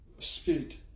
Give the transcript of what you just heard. spirit